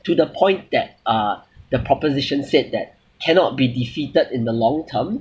to the point that uh the proposition said that cannot be defeated in the long term